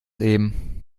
eben